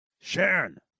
Sharon